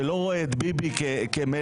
שלא רואה את ביבי כמלך,